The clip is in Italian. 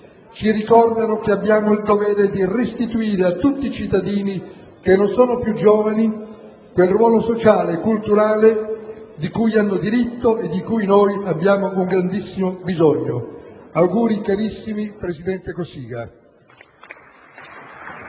ci ricordano che abbiamo il dovere di restituire a tutti i cittadini che non sono più giovani quel ruolo sociale e culturale cui hanno diritto e di cui noi abbiamo un grandissimo bisogno. Auguri carissimi, presidente Cossiga.